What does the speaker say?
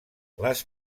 les